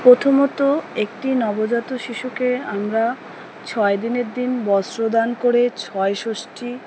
প্রথমত একটি নবজাত শিশুকে আমরা ছয় দিনের দিন বস্ত্র দান করে ছয় ষষ্ঠী